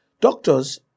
Doctors